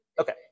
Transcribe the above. Okay